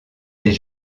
des